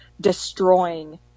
destroying